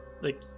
like-